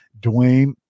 Dwayne